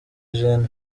gen